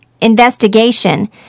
investigation